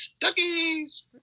duckies